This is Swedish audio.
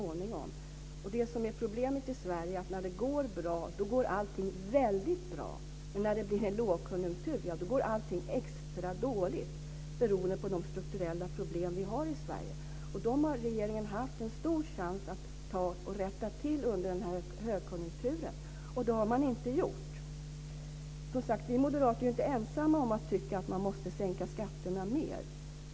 Det som är problemet i Sverige är att när det går bra går allting väldigt bra, men när det blir lågkonjunktur går allting extra dåligt, beroende på de strukturella problem vi har i Sverige. Regeringen har haft en stor chans att rätta till dem under den här högkonjunkturen, och det har man inte gjort. Vi moderater är inte ensamma om att tycka att man måste sänka skatterna mer.